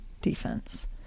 defense